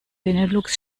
benelux